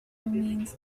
means